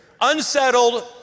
unsettled